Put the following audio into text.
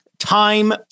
time